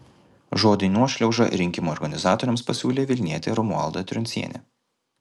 žodį nuošliauža rinkimų organizatoriams pasiūlė vilnietė romualda truncienė